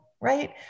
right